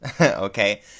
okay